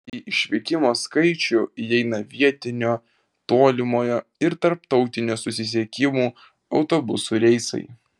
į išvykimo skaičių įeina vietinio tolimojo ir tarptautinio susisiekimų autobusų reisai